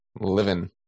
living